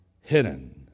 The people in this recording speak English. hidden